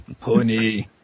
Pony